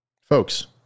Folks